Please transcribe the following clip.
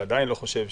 ועדיין לא חושב,